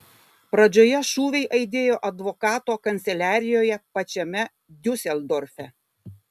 pradžioje šūviai aidėjo advokato kanceliarijoje pačiame diuseldorfe